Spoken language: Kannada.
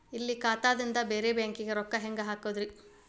ಇಲ್ಲಿ ಖಾತಾದಿಂದ ಬೇರೆ ಬ್ಯಾಂಕಿಗೆ ರೊಕ್ಕ ಹೆಂಗ್ ಹಾಕೋದ್ರಿ?